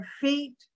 feet